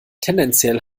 tendenziell